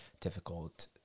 difficult